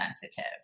sensitive